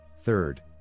Third